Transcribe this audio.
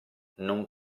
non